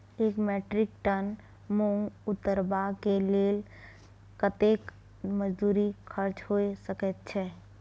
एक metric ton मूंग उतरबा के लेल कतेक मजदूरी खर्च होय सकेत छै?